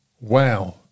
wow